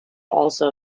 also